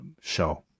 show